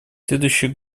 следующий